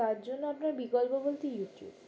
তার জন্য আপনার বিকল্প বলতে ইউটিউব